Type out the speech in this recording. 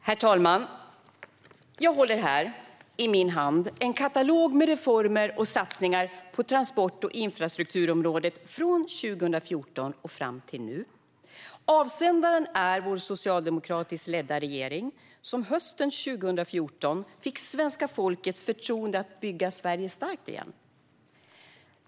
Herr talman! Jag håller här i min hand en katalog med reformer och satsningar på transport och infrastrukturområdet från 2014 och fram till nu. Avsändaren är vår socialdemokratiskt ledda regering, som hösten 2014 fick svenska folkets förtroende att bygga Sverige starkt igen.